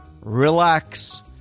relax